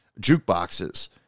jukeboxes